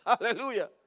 Hallelujah